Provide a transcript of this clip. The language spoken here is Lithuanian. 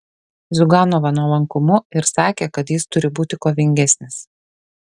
ziuganovą nuolankumu ir sakė kad jis turi būti kovingesnis